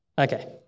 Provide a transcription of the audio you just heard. Okay